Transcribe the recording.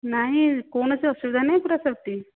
ନାଇଁ କୌଣସି ଅସୁବିଧା ନାହିଁ ପୂରା ସେଫ୍ଟି